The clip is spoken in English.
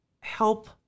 help